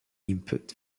input